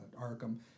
Arkham